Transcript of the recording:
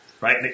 Right